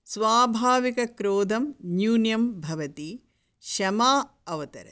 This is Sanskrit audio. स्वाभाविकक्रोधं न्यूनं भवति क्षमा अवतरति